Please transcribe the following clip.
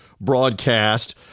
broadcast